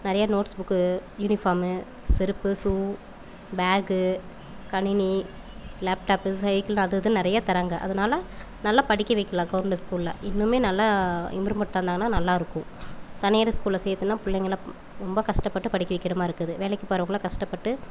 நிறைய notes book uniform செருப்பு shoe bag கணினி லேப்டாப்பு சைக்கிளு அது இதுன்னு நிறைய தராங்க அதனால் நல்லா படிக்க வைக்கலாம் கவுர்மெண்ட்டு ஸ்கூலில் இன்னுமே நல்லா இம்ப்ரூமெண்ட் தந்தாங்கன்னால் நல்லாயிருக்கும் தனியார் ஸ்கூலில் சேர்த்துன்னா பிள்ளைங்களப் ரொம்ப கஷ்டப்பட்டு படிக்க வைக்கிற மாரிருக்குது வேலைக்கு போகிறவுங்களும் கஷ்டப்பட்டு